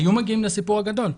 היו אולי מגיעים לסיפור הגדול.